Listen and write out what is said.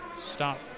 stop